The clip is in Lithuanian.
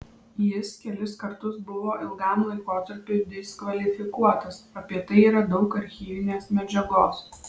jis kelis kartus buvo ilgam laikotarpiui diskvalifikuotas apie tai yra daug archyvinės medžiagos